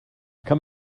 come